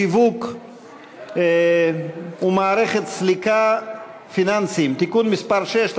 שיווק ומערכת סליקה פנסיוניים) (תיקון מס' 6),